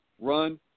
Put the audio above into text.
run